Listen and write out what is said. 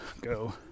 go